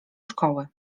szkoły